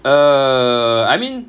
err I mean